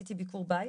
עשיתי ביקור בית